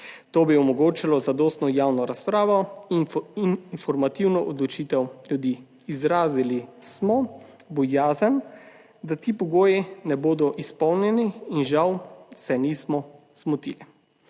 To bi omogočilo zadostno javno razpravo in informativno odločitev ljudi. Izrazili smo bojazen, da ti pogoji ne bodo izpolnjeni, in žal se nismo zmotili.